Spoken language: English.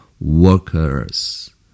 workers